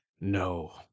No